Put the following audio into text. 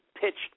pitched